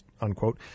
unquote